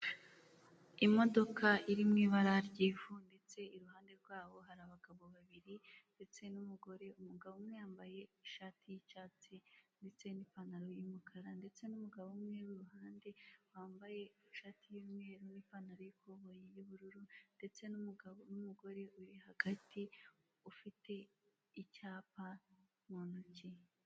Imodoka iri mu ibara ry'ivu, ndetse iruhande rwaho hari abagabo babiri ndetse n'umugore, umugabo umwe yambaye ishati y'icyatsi ndetse n'ipantaro y'umukara, ndetse n'umugabo umwe wambaye ishati y'umweru n'ipantaro y'ikoboyi y'ubururu ndetse n'umugabo n'umugore uri hagati ufite icyapa mu ntoki.